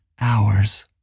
hours